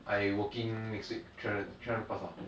I working next week three hundred three hundred plus ah